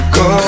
go